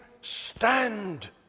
stand